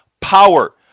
power